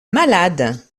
malade